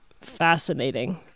fascinating